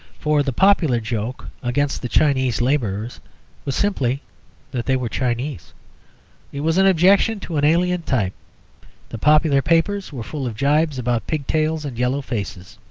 for the popular joke against the chinese labourers was simply that they were chinese it was an objection to an alien type the popular papers were full of gibes about pigtails and yellow faces.